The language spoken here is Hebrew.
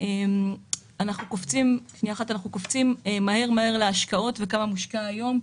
אנחנו קופצים מהר-מהר להשקעות, כמה מושקע היום.